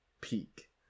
peak